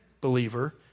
believer